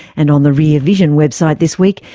and on the rear vision website this week,